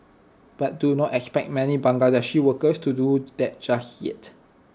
but do not expect many Bangladeshi workers to do that just yet